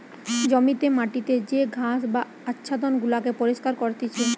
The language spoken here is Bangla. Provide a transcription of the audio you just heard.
জমিতে মাটিতে যে ঘাস বা আচ্ছাদন গুলাকে পরিষ্কার করতিছে